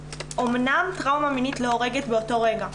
אמנם טראומה מינית לא הורגת באותו רגע,